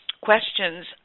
questions